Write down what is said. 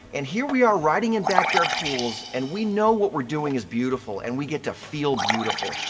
and here we are riding in backyard pools and we know what we're doing is beautiful, and we get to feel beautiful.